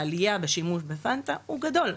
העלייה בשימוש בפנטה הוא גדול,